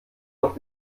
auf